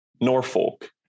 Norfolk